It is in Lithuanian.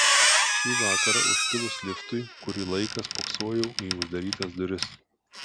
šį vakarą užkilus liftui kurį laiką spoksojau į uždarytas duris